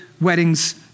weddings